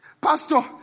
Pastor